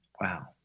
wow